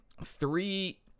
Three